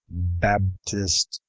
babtist,